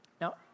Now